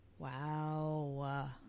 Wow